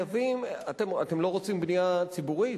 אתם לא רוצים בנייה ציבורית,